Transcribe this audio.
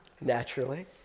naturally